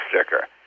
sticker